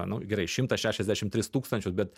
nu gerai šimtą šešiasdešimt tris tūkstančius bet